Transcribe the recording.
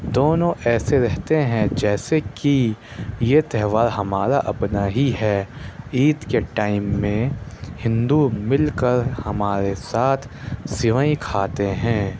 دونوں ایسے رہتے ہیں جیسے کہ یہ تہوار ہمارا اپنا ہی ہے عید کے ٹائم میں ہندو مل کر ہمارے ساتھ سوئیں کھاتے ہیں